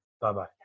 Bye-bye